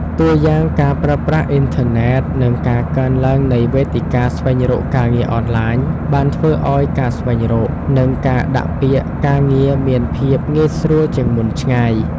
តួយ៉ាងការប្រើប្រាស់អ៊ីនធឺណិត និងការកើនឡើងនៃវេទិកាស្វែងរកការងារអនឡាញ បានធ្វើឲ្យការស្វែងរក និងការដាក់ពាក្យការងារមានភាពងាយស្រួលជាងមុនឆ្ងាយ។